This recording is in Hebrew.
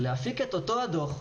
להפיק את אותו הדוח,